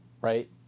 right